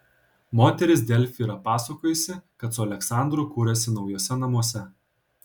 moteris delfi yra pasakojusi kad su aleksandru kuriasi naujuose namuose